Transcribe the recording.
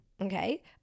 Okay